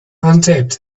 untaped